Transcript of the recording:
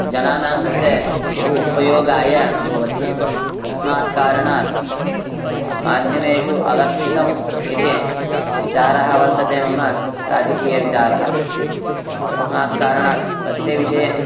जनानां कृते बहु उपयोगाय भवति तस्मात् कारणात् माध्यमेषु अलक्षितम् इति विचारः वर्तते मम राजकीयविचारः तस्मात् कारणात् तस्य विषये